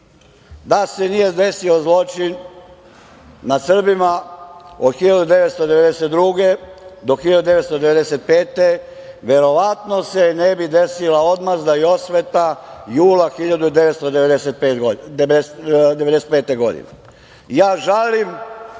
Da se nije desio zločin nad Srbima od 1992. do 1995. godine, verovatno se ne bi desila odmazda i osveta jula 1995. godine. Žalim